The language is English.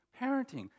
Parenting